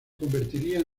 convertiría